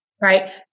right